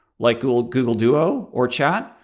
like google google duo or chat,